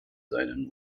seinen